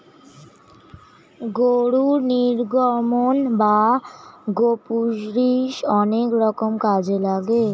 গরুর নির্গমন বা গোপুরীষ অনেক রকম কাজে লাগে